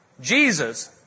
Jesus